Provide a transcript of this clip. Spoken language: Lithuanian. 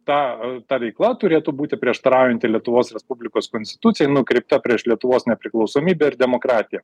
tą ta veikla turėtų būti prieštaraujanti lietuvos respublikos konstitucijai nukreipta prieš lietuvos nepriklausomybę ir demokratiją